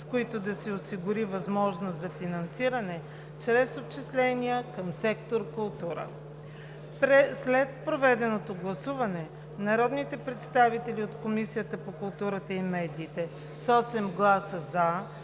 с които да се осигури възможност за финансиране чрез отчисления към сектор „Култура“. След проведено гласуване народните представители от Комисията по културата и медиите с 8 гласа „за“,